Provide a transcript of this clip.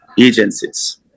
agencies